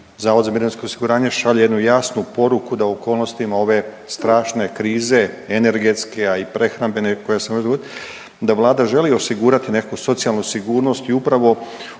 Zavod za mirovinsko osiguranje šalje jednu jasnu poruku da u okolnostima ove strašne krize energetske, a i prehrambene koja se može dogodit, da vlada želi osigurati nekakvu socijalnu sigurnost i upravo